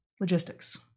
logistics